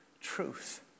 truth